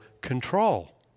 control